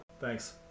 Thanks